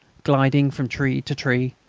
gliding from tree to tree,